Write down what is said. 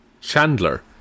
Chandler